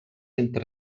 entre